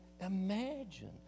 imagine